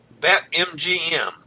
BetMGM